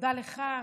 תודה לך,